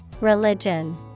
Religion